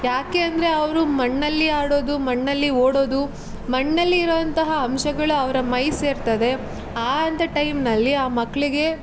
ಯಾಕೆ ಅಂದರೆ ಅವರು ಮಣ್ಣಲ್ಲಿ ಆಡೋದು ಮಣ್ಣಲ್ಲಿ ಓಡೋದು ಮಣ್ಣಲ್ಲಿ ಇರುವಂತಹ ಅಂಶಗಳು ಅವರ ಮೈ ಸೇರ್ತದೆ ಆ ಅಂಥ ಟೈಮ್ನಲ್ಲಿ ಆ ಮಕ್ಕಳಿಗೆ